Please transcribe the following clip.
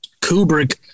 Kubrick